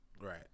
Right